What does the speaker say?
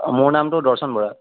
অঁ মোৰ নামটো দৰ্শন বৰা